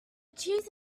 cheese